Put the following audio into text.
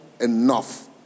enough